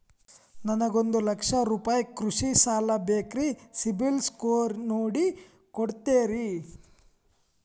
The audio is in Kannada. ನನಗೊಂದ ಲಕ್ಷ ರೂಪಾಯಿ ಕೃಷಿ ಸಾಲ ಬೇಕ್ರಿ ಸಿಬಿಲ್ ಸ್ಕೋರ್ ನೋಡಿ ಕೊಡ್ತೇರಿ?